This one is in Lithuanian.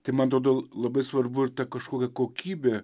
tai man atrodo labai svarbu ir ta kažkokia kokybė